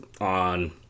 on